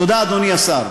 תודה, אדוני השר.